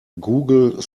google